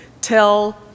tell